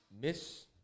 miss